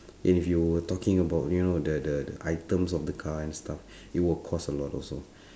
and if you were talking about you know the the the items of the car and stuff it will cost a lot also